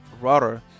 router